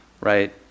right